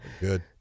Good